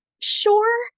Sure